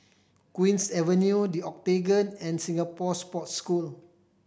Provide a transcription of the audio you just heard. Queen's Avenue The Octagon and Singapore Sports School